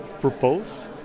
propose